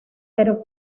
pero